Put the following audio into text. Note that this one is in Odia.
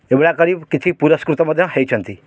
ଏଭଳିଆ କରି କିଛି ପୁରସ୍କୃତ ମଧ୍ୟ ହୋଇଛନ୍ତି